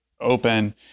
open